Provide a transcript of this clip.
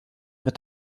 wird